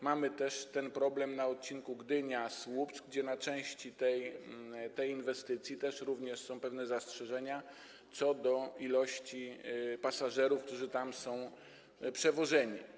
Mamy też ten problem na odcinku Gdynia - Słupsk, z częścią tej inwestycji, gdzie również są pewne zastrzeżenia co do ilości pasażerów, którzy tam są przewożeni.